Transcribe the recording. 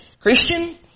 Christian